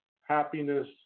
happiness